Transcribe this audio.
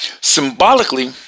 Symbolically